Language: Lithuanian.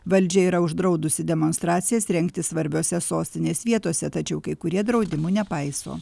valdžia yra uždraudusi demonstracijas rengti svarbiose sostinės vietose tačiau kai kurie draudimų nepaiso